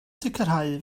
sicrhau